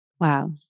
Wow